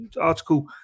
article